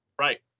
Right